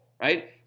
right